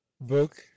Book